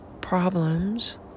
problems